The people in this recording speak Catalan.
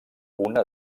una